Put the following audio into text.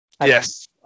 Yes